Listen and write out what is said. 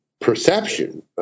perception